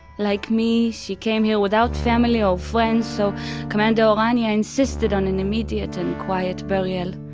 like me, she came here without family or friends, so commander o'rania insisted on an immediate and quiet burial.